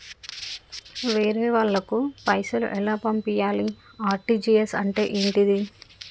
వేరే వాళ్ళకు పైసలు ఎలా పంపియ్యాలి? ఆర్.టి.జి.ఎస్ అంటే ఏంటిది?